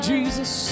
Jesus